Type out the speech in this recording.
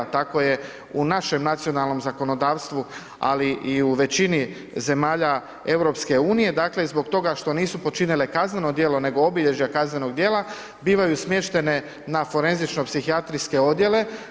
Tako je u našem nacionalnom zakonodavstvu, ali i u većini zemalja EU, dakle, zbog toga što nisu počinile kazneno djelo, nego obilježja kaznenog djela, bivaju smještene na forenzično psihijatrijske odjele.